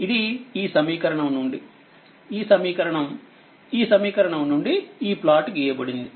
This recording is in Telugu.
ఇదిఈ సమీకరణం నుండిఈ సమీకరణంఈ సమీకరణం నుండి ఈ ప్లాట్ గీయబడింది ఉంది